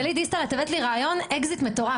גלית דיסטל, הבאת לי רעיון, אקזיט מטורף.